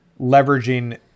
leveraging